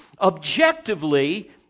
Objectively